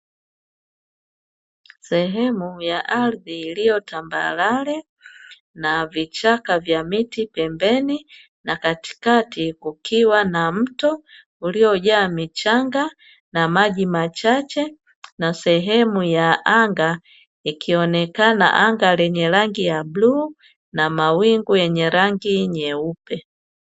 Sehemu ya ardhi iliyotambarare na vichaka vya miti pembeni, na katikati kukiwa na mto uliojaa michanga na maji machache, na sehemu ya anga, ikionekana anga lenye rangi ya bluu, na mawingu yenye rangi nyeupe.